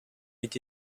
est